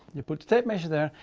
you put a tape measure there.